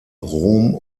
rom